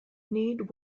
need